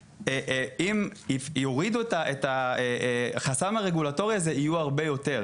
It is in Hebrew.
ואם יורידו את החסם הרגולטורי הזה יהיו הרבה יותר,